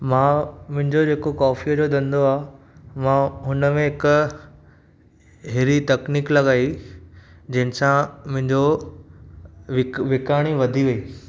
मां मुंहिंजो जेको कॉफ़ीअ जो धंधो आहे मां हुन में हिकु अहिड़ी तकनीक लॻाई जंहिं सां मुंहिंजो विक विकाणी वधी वेई